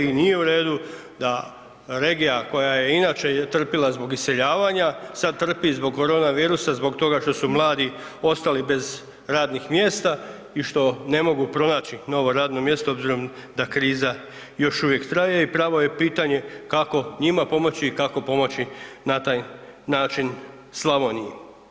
I nije u redu da regija koja je inače trpila zbog iseljavanja sada trpi zbog korona virusa zbog toga što su mladi ostali bez radnih mjesta i što ne mogu pronaći novo radno mjesto obzirom da kriza još uvijek traje i pravo je pitanje kako njima pomoći i kako pomoći na taj način Slavoniji.